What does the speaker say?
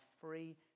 free